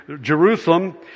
Jerusalem